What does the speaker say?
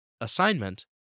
assignment